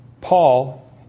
Paul